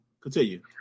Continue